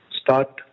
Start